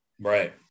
Right